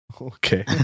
Okay